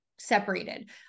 separated